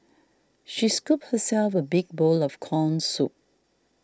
she scooped herself a big bowl of Corn Soup